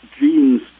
genes